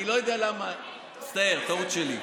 אני לא יודע למה, מצטער, טעות שלי.